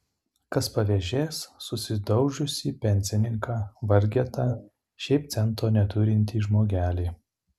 kas pavėžės susidaužiusį pensininką vargetą šiaip cento neturintį žmogelį